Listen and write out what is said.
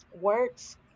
words